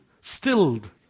stilled